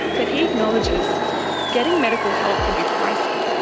but he acknowledges getting medical help can be pricey.